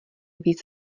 víc